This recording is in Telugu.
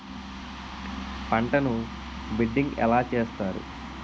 పంటను బిడ్డింగ్ ఎలా చేస్తారు?